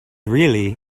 really